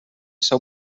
seu